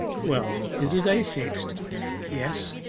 well, is the day fixed yes.